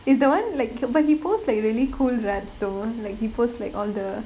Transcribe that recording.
is the [one] like but he post like really cool raps though like he post like all the